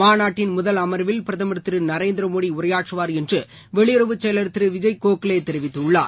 மாநாட்டின் முதல் அமர்வில் பிரதமர் திரு நரேந்திரமோடி உரையாற்றுவார் என்று வெளியுறவு செயலர் திரு விஜய் கோக்லே தெரிவித்துள்ளார்